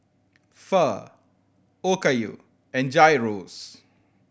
Pho Okayu and Gyros